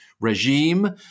regime